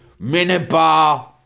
minibar